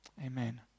Amen